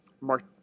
Mark